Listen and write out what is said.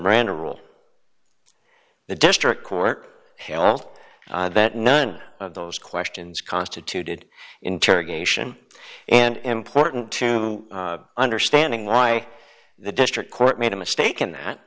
miranda rule the district court held that none of those questions constituted interrogation and important to me understanding why the district court made a mistake and that